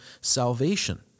salvation